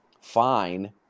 Fine